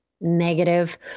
negative